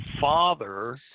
father